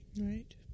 Right